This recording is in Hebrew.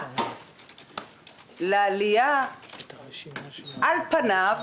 על פניו,